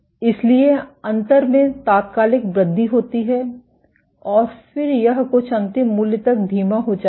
इसलिए अंतर में तात्कालिक वृद्धि होती है और फिर यह कुछ अंतिम मूल्य तक धीमा हो जाता है